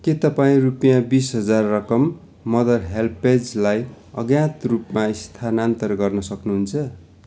के तपाईँ रुपियाँ बिस हजार रकम मदर हेल्पएजलाई अज्ञात रूपमा स्थानान्तर गर्न सक्नुहुन्छ